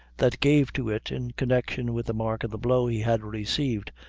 that gave to it, in connection with the mark of the blow he had received,